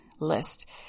list